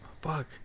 Fuck